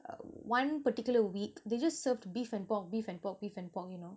uh one particular week they just served beef and pork beef and pork beef and pork you know